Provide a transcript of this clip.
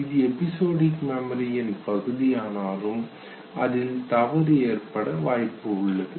இது எபிசோட் மெமரியின் பகுதியானாலும் இதில் தவறு ஏற்பட வாய்ப்புள்ளது